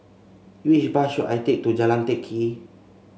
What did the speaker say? which bus should I take to Jalan Teck Kee